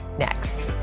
next.